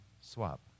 swap